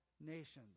nations